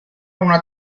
una